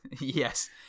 Yes